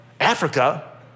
Africa